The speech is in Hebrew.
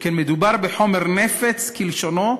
שכן מדובר ב"חומר נפץ", כלשונו,